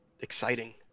exciting